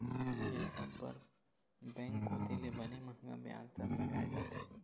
ये सब बर बेंक कोती ले बने मंहगा बियाज दर लगाय जाथे